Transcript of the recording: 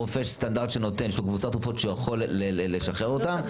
רופא סטנדרט שנותן קבוצת תרופות שהוא יכול לשחרר אותן,